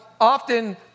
often